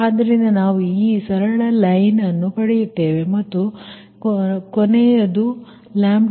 ಆದ್ದರಿಂದ ನಾವು ಈ ಸರಳ ಲೈನ್ಅನ್ನು ಪಡೆಯುತ್ತೇವೆ ಮತ್ತು ನಂತರ ಕೊನೆಯದು λ 0